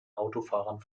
autofahrern